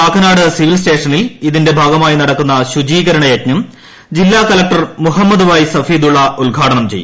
Kakkanad civil സ്റ്റേഷനിൽ ഇതിന്റെ ഭാഗമായി നടക്കുന്ന ശുചീകരണ യജ്ഞം ജില്ലാ കളക്ടർ മുഹമ്മദ് വൈ സഫീദുള്ള ഉദ്ഘാടനം ചെയ്യും